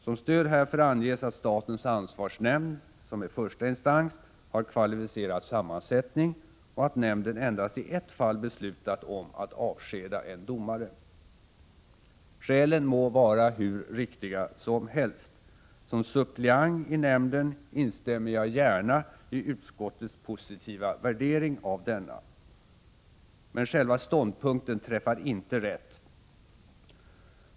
Som stöd härför anges att statens ansvarsnämnd, som är första instans, har kvalificerad sammansättning och att nämnden endast i ett fall beslutat om att — Prot. 1986/87:130 avskeda en domare. 25 maj 1987 Skälen må vara hur riktiga som helst. Som suppleant i nämnden instämmer jag gärna i utskottets positiva värdering av denna. Men själva ståndpunkten träffar inte rätt.